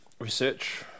Research